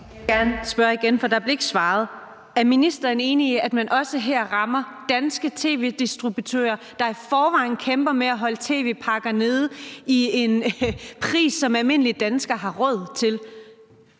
Jeg vil gerne spørge igen, for der blev ikke svaret. Er ministeren enig i, at man også her rammer danske tv-distributører, der i forvejen kæmper med at holde tv-pakker nede i en pris, som almindelige danskere har råd til?